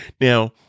Now